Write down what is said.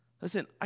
Listen